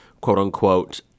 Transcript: quote-unquote